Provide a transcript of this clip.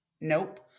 nope